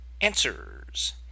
answers